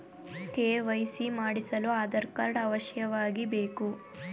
KYC ಮಾಡಿಸಲು Aadhaar card ಅವಶ್ಯವಾಗಿ ಬೇಕು